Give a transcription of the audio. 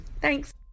Thanks